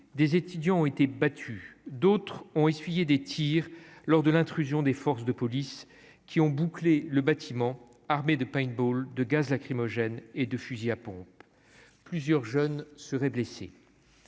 des étudiants ont été battus, d'autres ont essuyé des tirs lors de l'intrusion des forces de police qui ont bouclé le bâtiment armés de paintball de gaz lacrymogène et de fusils à pompe, plusieurs jeunes seraient blessés